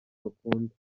bakunda